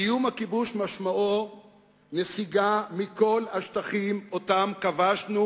סיום הכיבוש משמעו נסיגה מכל השטחים שכבשנו